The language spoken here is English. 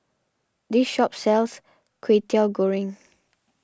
this shop sells Kwetiau Goreng